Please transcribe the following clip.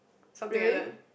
something like that